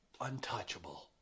untouchable